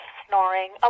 snoring